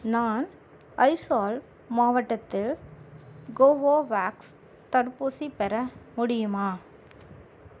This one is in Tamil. நான் அய்சால் மாவட்டத்தில் கோவோவேக்ஸ் தடுப்பூசி பெற முடியுமா